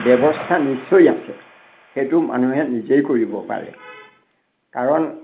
ব্যৱস্থা নিশ্চয় আছে সেইটো মানুহে নিজেই কৰিব পাৰে কাৰণ